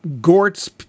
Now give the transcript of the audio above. Gort's